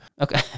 Okay